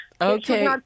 Okay